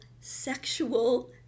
sexual